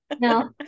no